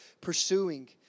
pursuing